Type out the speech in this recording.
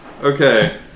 Okay